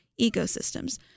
ecosystems